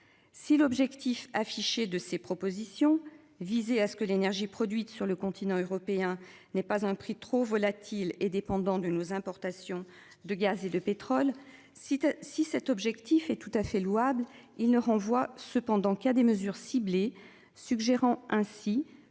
Si l'objectif affiché de ces propositions. À ce que l'énergie produite sur le continent européen n'est pas un prix trop volatile et dépendants de nos importations de gaz et de pétrole si si cet objectif est tout à fait louable, il ne renvoie cependant qu'à des mesures ciblées, suggérant ainsi